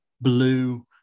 blue